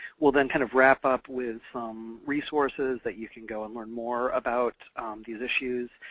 we'll then kind of wrap up with some resources that you can go and learn more about these issues,